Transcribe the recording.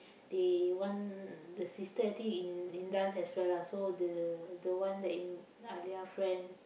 they want the sister I think in in dance as well lah so the the one that in Alia friend